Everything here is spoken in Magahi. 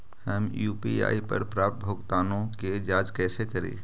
हम यु.पी.आई पर प्राप्त भुगतानों के जांच कैसे करी?